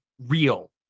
real